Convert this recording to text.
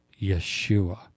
Yeshua